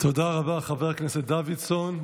תודה רבה לחבר הכנסת דוידסון.